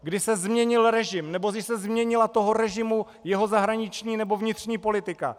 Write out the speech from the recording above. Kdy se změnil režim nebo kdy se změnila toho režimu jeho zahraniční nebo vnitřní politika?